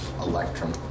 Electrum